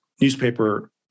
newspaper